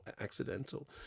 accidental